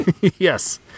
yes